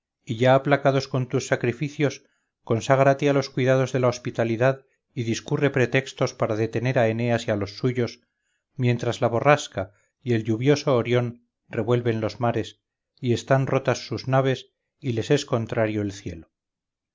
y ya aplacados con tus sacrificios conságrate a los cuidados de la hospitalidad y discurre pretextos para detener a eneas y a los suyos mientras la borrasca y el lluvioso orión revuelven los mares y están rotas sus naves y les es contrario el cielo